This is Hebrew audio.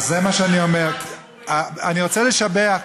אז זה מה שאני אומר, אני רוצה לשבח,